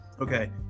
Okay